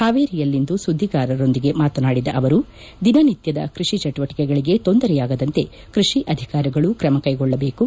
ಹಾವೇರಿಯಲ್ಲಿ ಇಂದು ಸುದ್ದಿಗಾರರೊಂದಿಗೆ ಮಾತನಾಡಿದ ಅವರು ದಿನನಿತ್ವದ ಕೃಷಿ ಚಟುವಟಕೆಗಳಗೆ ತೊಂದರೆ ಯಾಗದಂತೆ ಕೈಷಿ ಅಧಿಕಾಂಗಳು ಕ್ರಮ ಕೈ ಗೊಳ್ಳಬೇಕು